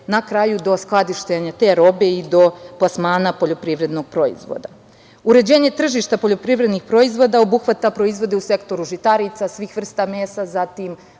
na kraju do skladištenja te robe i do plasmana poljoprivrednog proizvoda. Uređenje tržišta poljoprivrednih proizvoda obuhvata proizvode u sektoru žitarica, svih vrsta mesa, zatim